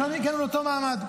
כולנו הגענו לאותו מעמד.